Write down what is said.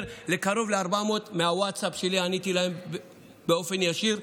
על קרוב ל-400 מהווטסאפ שלי באופן ישיר.